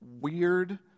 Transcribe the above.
weird